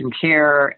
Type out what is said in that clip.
care